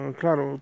claro